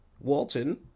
Walton